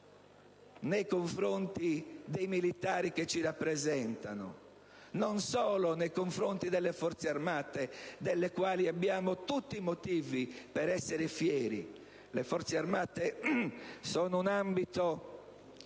nei confronti dei militari che ci rappresentano, non solo nei confronti delle Forze armate delle quali abbiamo tutti i motivi per essere fieri. Le Forze armate sono un ambito di